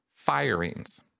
Firings